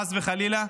חס וחלילה,